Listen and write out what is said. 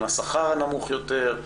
עם השכר הנמוך יותר,